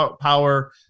power